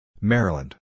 Maryland